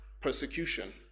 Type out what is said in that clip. persecution